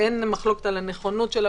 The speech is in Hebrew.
אין מחלוקת על הנכונות של הבנקים,